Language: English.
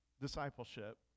discipleship